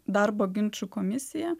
darbo ginčų komisiją